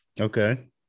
Okay